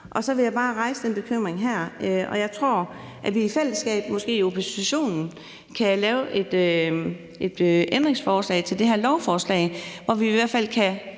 Så jeg vil bare rejse den bekymring her, og jeg tror, at vi i fællesskab måske i opposition kan lave et ændringsforslag til det her lovforslag, hvor vi i hvert fald kan